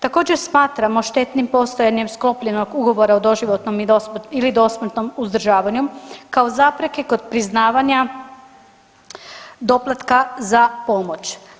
Također smatramo štetnim postojanjem sklopljenog ugovora o doživotnom ili dosmrtnom uzdržavanju kao zapreke kod priznavanja doplatka za pomoć.